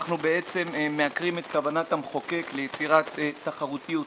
אנחנו בעצם מעקרים את כוונת המחוקק ליצירת תחרותיות.